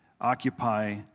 occupy